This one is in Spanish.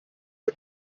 que